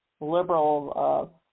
liberal